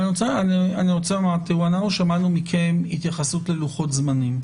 שמענו מכם התייחסות ללוחות-זמנים,